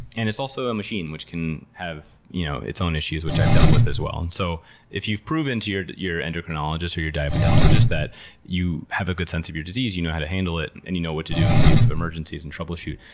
and it's also a machine, which can have you know its own issues, which i've dealt with as well. and so if you've proven to your your endocrinologist or your diabetologist that you have a good sense of your disease, you know how to handle it, and you know what to do in case of emergencies and troubleshoot,